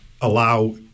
allow